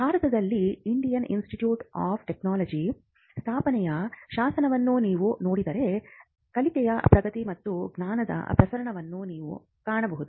ಭಾರತದಲ್ಲಿ Indian Institute of Technologies ಸ್ಥಾಪನೆಯ ಶಾಸನವನ್ನು ನೀವು ನೋಡಿದರೆ ಕಲಿಕೆಯ ಪ್ರಗತಿ ಮತ್ತು ಜ್ಞಾನದ ಪ್ರಸರಣವನ್ನು ನೀವು ಕಾಣಬಹುದು